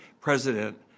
president